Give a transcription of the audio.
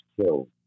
killed